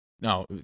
no